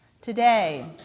Today